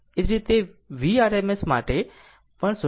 એ જ રીતે voltage Vrms માટે પણ 0